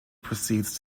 proceeds